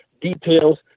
details